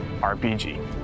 RPG